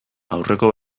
aurreko